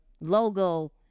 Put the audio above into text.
logo